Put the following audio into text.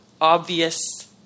obvious